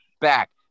back